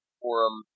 forum